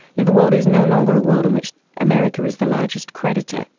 you know the world is no longer a world in which america is the largest creditor.